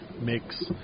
mix